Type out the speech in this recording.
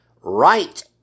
right